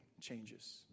changes